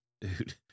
dude